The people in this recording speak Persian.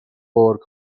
گرگ